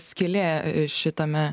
skylė šitame